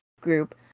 group